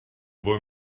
bon